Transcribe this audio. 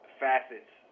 facets